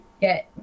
get